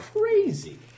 crazy